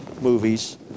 movies